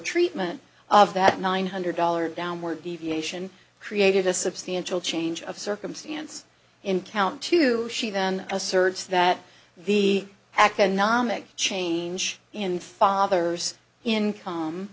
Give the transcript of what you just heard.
treatment of that nine hundred dollars downward deviation created a substantial change of circumstance in count two she then asserts that the economic change in father's income